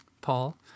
Paul